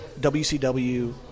WCW